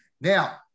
Now